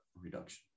reduction